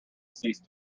cease